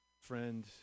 friend